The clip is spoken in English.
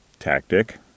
tactic